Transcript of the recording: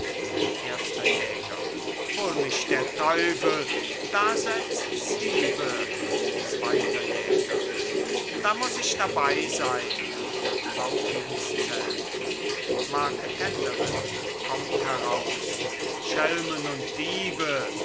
erster jäger hol mich der teufel da setzts hiebe zweiter jäger da muß ich dabei sein laufen ins zelt marketenderin kommt heraus schelmen und diebe